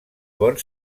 bons